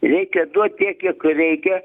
reikia duot tiek kiek reikia